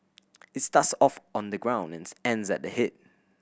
it starts off on the ground and ends at the head